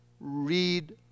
Read